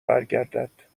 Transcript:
برگردد